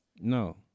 No